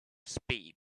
speed